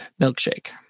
milkshake